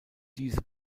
diese